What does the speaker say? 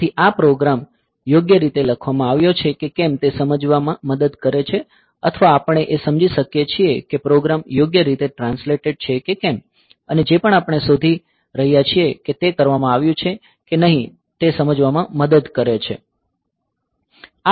તેથી આ પ્રોગ્રામ યોગ્ય રીતે લખવામાં આવ્યો છે કે કેમ તે સમજવામાં મદદ કરે છે અથવા આપણે સમજી શકીએ છીએ કે પ્રોગ્રામ યોગ્ય રીતે ટ્રાન્સલેટેડ છે કે કેમ અને જે પણ આપણે શોધી રહ્યા છીએ કે તે કરવામાં આવ્યું છે કે નહીં તે સમજવામાં મદદ કરે છે